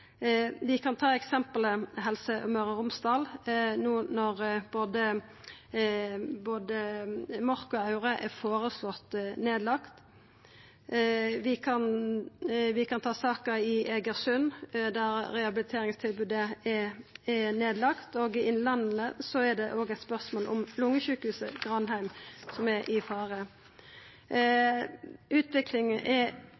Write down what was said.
Vi kan ta eksemplet Helse Møre og Romsdal, no når både Mork og Aure er føreslått nedlagde. Vi kan ta saka i Egersund, der rehabiliteringstilbodet er nedlagt, og i Innlandet er det eit spørsmål om lungesjukehuset Granheim, som er i fare. Utviklinga er